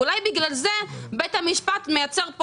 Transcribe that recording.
אולי בגלל זה בית המשפט מייצר פה